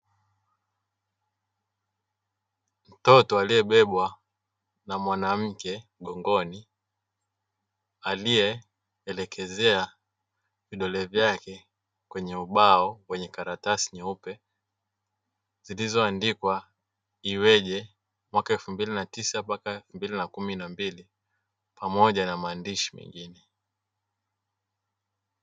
Mtoto aliyebebwa na mwanamke mgongoni aliyeelekezea vidole vyake kwenye ubao wenye karatasi nyeupe zilizoandikwa: iweje, mwaka elfu mbili na tisa mpaka elfu mbili na kumi na mbili, pamoja na maandishi mengine.